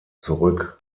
zurück